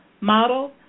model